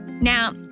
Now